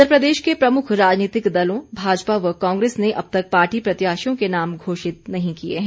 इधर प्रदेश के प्रमुख राजनीतिक दलों भाजपा व कांग्रेस ने अब तक पार्टी प्रत्याशियों के नाम घोषित नहीं किए हैं